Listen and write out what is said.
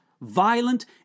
violent